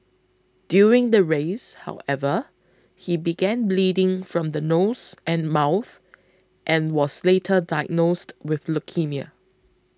during the race however he began bleeding from the nose and mouth and was later diagnosed with leukaemia